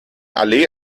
allee